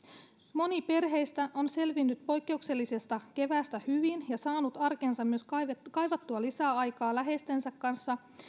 moni perheistä on selvinnyt poikkeuksellisesta keväästä hyvin ja saanut arkeensa myös kaivattua kaivattua lisäaikaa läheistensä kanssa